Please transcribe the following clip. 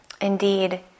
Indeed